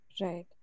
Right